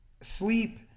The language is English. sleep